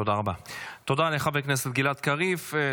תודה רבה לחבר הכנסת גלעד קריב,